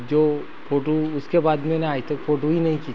जो फोटू उसके बाद मैंने आज तक फोटू ही नहीं खींची